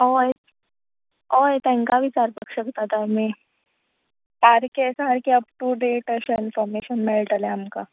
हय हय तेंकां विचारपाक शकतात आमी सारखें सारखें अप टू डेट कशें इंफोरमेशन मेळटलेें आमकां